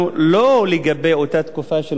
באה כדי לתמוך בנרטיב שלנו לא לגבי אותה תקופה,